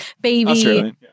baby